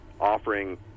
offering